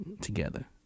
together